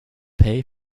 pay